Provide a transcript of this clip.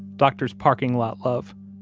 doctor's parking lot love,